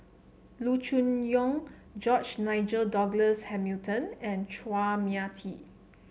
Loo Choon Yong George Nigel Douglas Hamilton and Chua Mia Tee